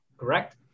correct